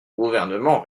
gouvernement